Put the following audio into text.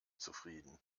zufrieden